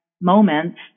moments